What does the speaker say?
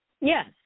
Yes